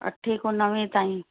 अठे खो नवे ताईं